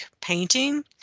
painting